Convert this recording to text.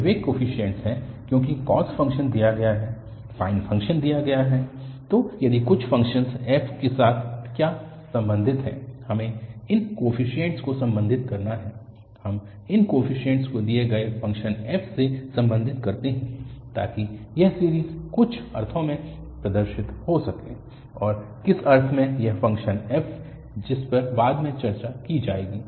ये वे कोफीशिएंट हैं क्योंकि कॉस फ़ंक्शन दिया गया है साइन फ़ंक्शन दिया गया है तो दिए हुए फ़ंक्शन f के साथ क्या संबंधित है हमें इन कोफीशिएंट्स को संबंधित करना है हम इन कोफीशिएंट्स को दिए गए फ़ंक्शन f से संबंधित करते हैं ताकि यह सीरीज़ कुछ अर्थों में प्रदर्शित हो सके और किस अर्थ में यह फ़ंक्शन f जिस पर बाद में चर्चा की जाएगी